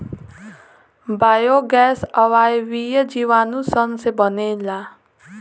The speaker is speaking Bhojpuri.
बायोगैस अवायवीय जीवाणु सन से बनेला